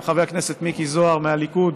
גם חבר הכנסת מיקי זוהר מהליכוד